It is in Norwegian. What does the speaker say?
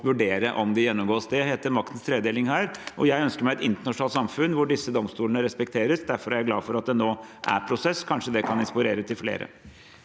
vurdere om de gjennomgås. Det heter maktens tredeling her, og jeg ønsker meg et internasjonalt samfunn hvor disse domstolene respekteres. Derfor er jeg glad for at det nå er en prosess, og kanskje det kan inspirere til flere.